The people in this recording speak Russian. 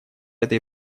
этой